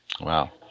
Wow